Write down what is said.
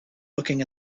looking